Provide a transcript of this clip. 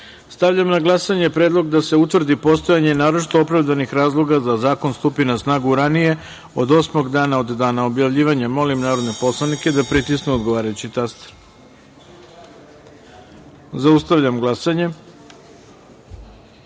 načelu. Stavljam na glasanje predlog da se utvrdi postojanje naročito opravdanih razloga da zakon stupi na snagu ranije od osmog dana od dana objavljivanja. Molim narodne poslanike da pritisnu odgovarajući taster. Zaustavljam glasanje: